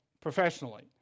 professionally